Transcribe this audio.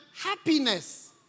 happiness